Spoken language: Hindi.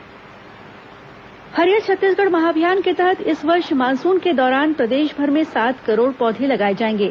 हरियर छत्तीसगढ़ महाअभियान हरियर छत्तीसगढ़ महाअभियान के तहत इस वर्ष मानसून के दौरान प्रदेशभर में सात करोड़ पौधे लगाए जाएंगे